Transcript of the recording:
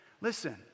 Listen